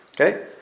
Okay